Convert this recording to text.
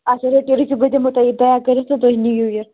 اچھا رٔٹِو رُکِو بہٕ دِمو تۄہہِ یہٕ پیک کٔرِتھ تہٕ تُہۍ نِیِو یہِ